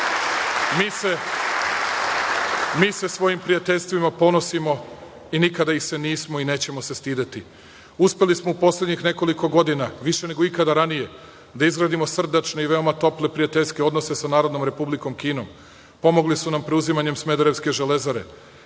se svojim prijateljstvima ponosimo i nikada ih se nismo i nećemo se stideti. Uspeli smo u poslednjih nekoliko godina više nego ikada ranije da izgradimo srdačne i veoma tople prijateljske odnose sa Narodnom Republikom Kinom. Pomogli su nam preuzimanjem smederevske „Železare“,